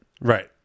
Right